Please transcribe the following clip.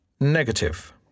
Negative